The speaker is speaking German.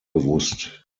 bewusst